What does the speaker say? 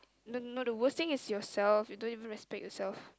no no the worst thing is yourself you don't even respect yourself